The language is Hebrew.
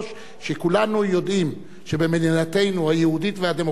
וכולנו יודעים שבמדינתנו היהודית והדמוקרטית